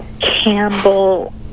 Campbell